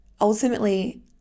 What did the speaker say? ultimately